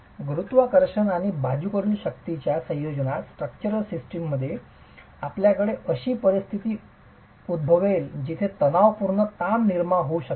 गुरुत्वाकर्षण आणि बाजूकडील शक्तींच्या संयोजनात स्ट्रक्चरल सिस्टममध्ये आपल्याकडे अशी परिस्थिती उद्भवेल जिथे तणावपूर्ण ताण निर्माण होऊ शकेल